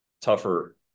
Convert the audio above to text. tougher